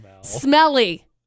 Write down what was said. Smelly